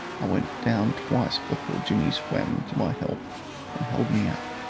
i went down twice before jimmy swam to my help and held me up.